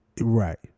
right